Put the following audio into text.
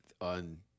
on